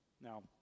Now